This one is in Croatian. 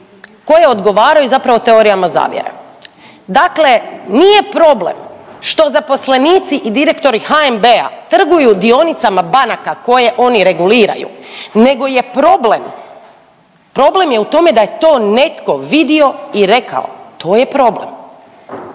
koje odgovaraju zapravo teorijama zavjere. Dakle, nije problem što zaposlenici i direktori HNB-a trguju dionicama banka koje oni reguliraju nego je problem, problem je u tome da je to netko vidio i rekao, to je problem.